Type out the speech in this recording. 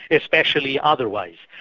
especially otherwise.